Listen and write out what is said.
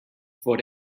fod